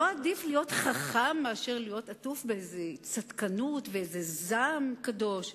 לא עדיף להיות חכם מאשר להיות עטוף באיזו צדקנות ובאיזה זעם קדוש?